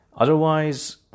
Otherwise